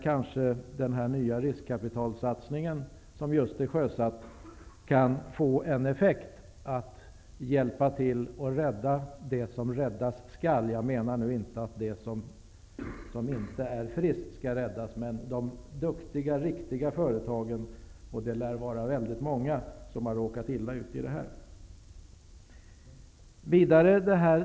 Kanske kan den nya riskkapitalsatsning som just är sjösatt medverka till att rädda det som räddas skall. Jag menar nu inte att företag som inte är friska skall räddas, men det lär vara väldigt många välskötta företag som har råkat illa ut till följd av bankernas agerande.